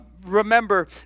Remember